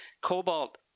cobalt